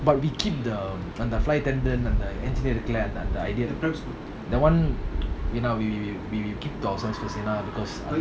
but we keep the the அந்த:andha that one அந்த:andha we keep to ourselves first because